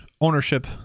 ownership